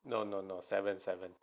no no no seven seven